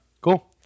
Cool